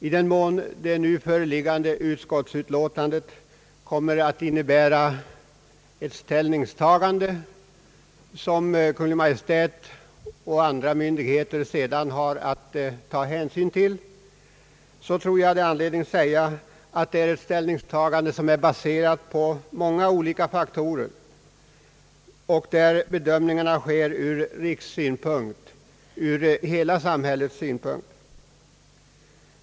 Eftersom det föreliggande utskottsutlåtandet kommer att föranleda ett ställningstagande som Kungl. Maj:t och and ra myndigheter sedan har att ta hänsyn till, tror jag det finns anledning säga att det ställningstagandet baseras på många olika faktorer och att bedömningen sker ur rikssynpunkt, ur hela det svenska samhällets synpunkt.